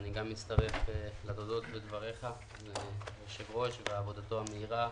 גם אני מצטרף לתודות בדבריך ליושב ראש הוועדה ועל עבודתו המהירה.